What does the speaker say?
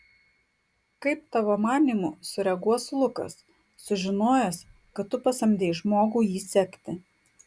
kaip tavo manymu sureaguos lukas sužinojęs kad tu pasamdei žmogų jį sekti